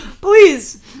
please